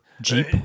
jeep